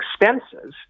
expenses